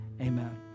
amen